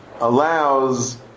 allows